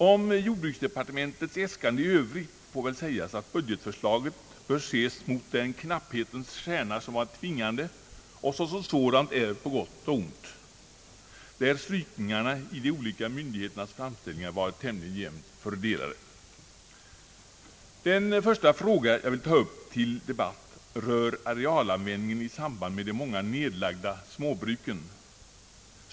Om jordbruksdepartementets äskanden i övrigt får väl sägas att budgetförslaget bör ses mot den rådande knappheten och därför har blivit på gott och ont med strykningarna i de olika myndigheternas framställningar tämligen jämnt fördelade. Den första fråga jag vill ta upp till debatt rör arealanvändningen i samband med de många nedlagda småbruken.